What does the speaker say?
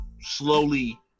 slowly